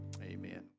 Amen